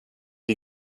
die